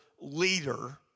leader